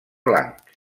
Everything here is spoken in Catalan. blanc